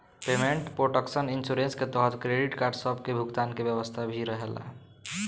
payment protection insurance के तहत credit card सब के भुगतान के व्यवस्था भी रहेला